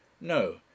No